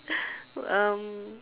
um